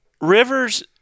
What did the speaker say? Rivers